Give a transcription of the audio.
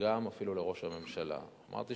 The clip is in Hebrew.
וגם אפילו לראש הממשלה, ואמרתי